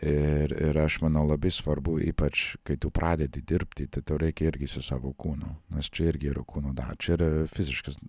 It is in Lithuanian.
ir ir aš manau labai svarbu ypač kai tu pradedi dirbti tai tau reikia irgi su savo kūnu nes čia irgi yra kūno da čia yra fiziškas